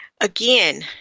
again